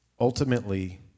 ultimately